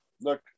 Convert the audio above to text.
Look